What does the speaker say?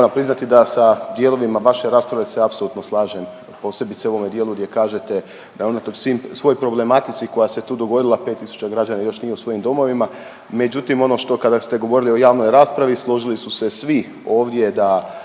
da sa dijelovima vaše rasprave se apsolutno slažem posebice u ovome dijelu gdje kažete da unatoč svim, svoj problematici koja se tu dogodila 5 tisuća građana još nije u svojim domovima, međutim ono što kada ste govorili o javnoj raspravi, složili su se svi ovdje da